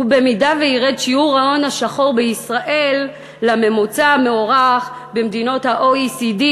ואם ירד שיעור ההון השחור בישראל לממוצע המוערך במדינות ה-OECD,